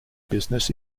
business